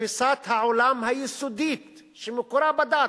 לתפיסת העולם היסודית שמקורה בדת.